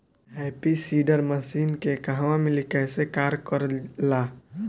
Happy seeder machine के कहवा मिली कैसे कार कर ला?